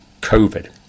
COVID